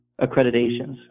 accreditations